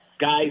guys